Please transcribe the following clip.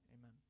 amen